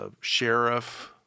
sheriff